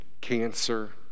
cancer